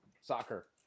soccer